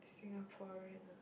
Singaporean ah